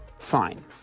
fine